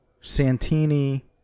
santini